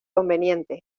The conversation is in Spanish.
conveniente